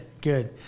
good